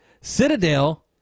Citadel